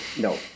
No